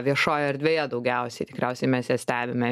viešojoj erdvėje daugiausiai tikriausiai mes jas stebime